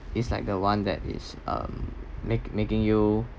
it's like the one that is um make making you